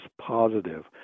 positive